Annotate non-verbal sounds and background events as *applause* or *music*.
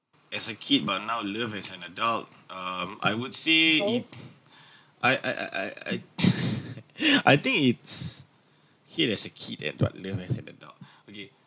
as a kid but now love as an adult um I would say it *breath* I I I I I I *laughs* I think it's hate as a kid and but love as an adult *breath* okay